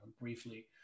briefly